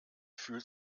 fühlt